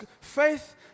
Faith